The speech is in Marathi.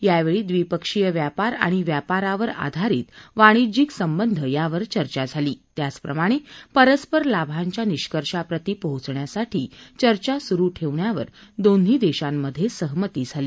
यावेळी द्विपक्षीय व्यापार आणि व्यापारावर आधारित वाणिज्यिक संबंध यावर चर्चा झाली त्याचप्रमाणे परस्पर लाभांच्या निष्कर्षाप्रति पोहोचण्यासाठी चर्चा सुरु ठेवण्यावर दोन्ही देशांमध्ये सहमती झाली